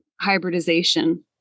hybridization